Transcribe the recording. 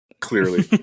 clearly